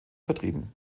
vertrieben